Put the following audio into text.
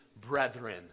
brethren